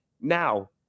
Now